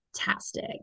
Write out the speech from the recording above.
fantastic